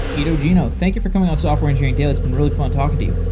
iddo gino, thank you for coming on software engineering daily. it's been really fun talking to you.